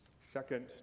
second